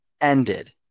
ended